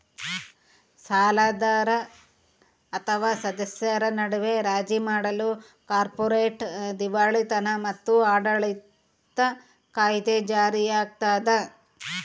ಸಾಲದಾತರ ಅಥವಾ ಸದಸ್ಯರ ನಡುವೆ ರಾಜಿ ಮಾಡಲು ಕಾರ್ಪೊರೇಟ್ ದಿವಾಳಿತನ ಮತ್ತು ಆಡಳಿತ ಕಾಯಿದೆ ಜಾರಿಯಾಗ್ತದ